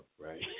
right